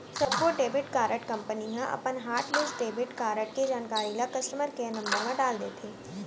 सब्बो debit card company ह अपन हॉटलिस्ट डेबिट कारड के जानकारी ल कस्टमर केयर नंबर म डाल देथे